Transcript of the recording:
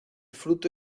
fruto